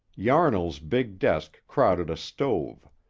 yarnall's big desk crowded a stove.